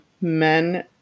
men